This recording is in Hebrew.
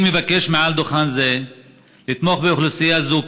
אני מבקש מעל דוכן זה לתמוך באוכלוסייה זו,